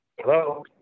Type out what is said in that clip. hello